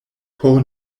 por